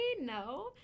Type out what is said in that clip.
no